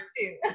two